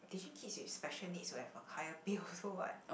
did she kids with special needs to have a higher pay also what